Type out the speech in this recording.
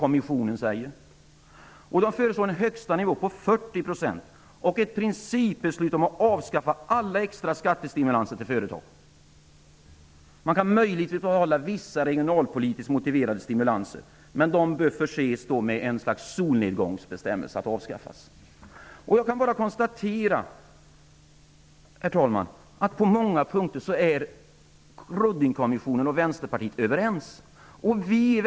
Man förslår en högsta nivå på 40 % och ett principbeslut om att avskaffa alla extra skattestimulanser för företag. Möjligtvis kan man behålla vissa regionalpolitiskt motiverade stimulanser, men de bör förses med ett slags solnedgångsbestämmelse som säger när de skall avskaffas. Jag kan bara konstatera, herr talman, att Ruddingkommissionen och Vänsterpartiet på många punkter är överens.